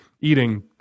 eating